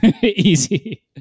Easy